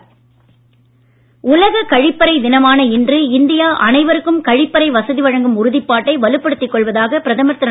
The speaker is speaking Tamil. மோடி கழிப்பறை உலக கழிப்பறை தினமான இன்று இந்தியா அனைவருக்கும் கழிப்பறை வசதி வழங்கும் உறுப்பாட்டை வலுப்படுத்திக் கொள்வதாக பிரதமர் திரு